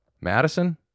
Madison